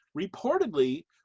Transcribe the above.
reportedly